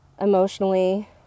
emotionally